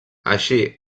així